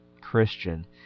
Christian